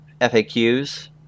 FAQs